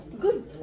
Good